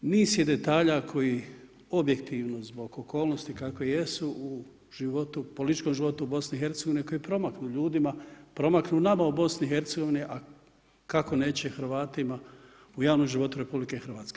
Niz je detalja koji objektivno zbog okolnosti kakve jesu zbog u životu, političkom životu u BIH, koji promaknu ljudima, promaknu nama u BIH, a kako neće Hrvatima u javnom životu u RH.